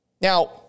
Now